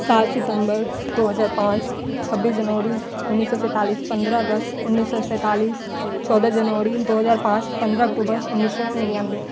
सात सितंबर दो हज़ार पाँच छब्बीस जनवरी उन्नीस सौ सैंतालीस पन्द्रह अगस्त उन्नीस सौ सैंतालीस चौदह जनवरी दो हज़ार पाँच पन्द्रह अक्टूबर उन्नीस सौ निन्यानवे